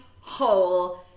whole